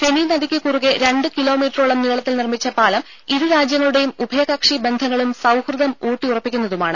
ഫെനി നദിക്ക് കുറുകെ രണ്ട് കിലോമീറ്ററോളം നീളത്തിൽ നിർമ്മിച്ച പാലം ഇരു രാജ്യങ്ങളുടേയും ഉഭയകക്ഷി ബന്ധങ്ങളും സൌഹൃദവും ഉൌട്ടിഉറപ്പിക്കുന്നതാണ്